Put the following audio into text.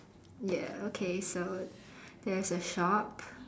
ya okay so there's a shop